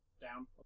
Down